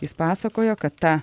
jis pasakojo kad ta